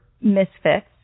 misfits